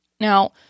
Now